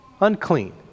Unclean